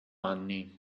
anni